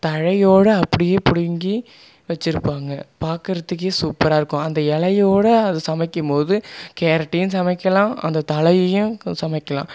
தழையோட அப்படியே பிடிங்கி வைச்சிருப்பாங்க பாக்கிறதுக்கே சூப்பராக இருக்கும் அந்த இலையோட அதை சமைக்கும்போது கேரட்டையும் சமைக்கலாம் அந்த தழையையும் சமைக்கலாம்